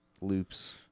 loops